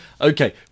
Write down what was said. Okay